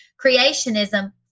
creationism